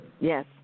Yes